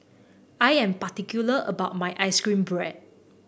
I am particular about my ice cream bread